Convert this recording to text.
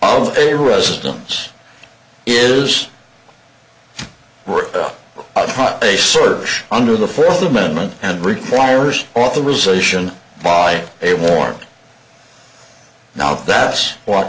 of a residence is caught a search under the fourth amendment and requires authorization by a warrant now that's what